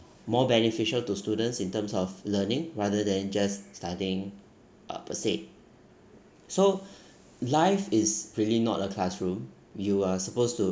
more beneficial to students in terms of learning rather than just studying uh per se so life is really not a classroom you are supposed to